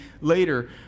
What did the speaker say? later